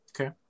okay